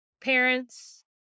parents